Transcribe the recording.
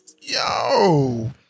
yo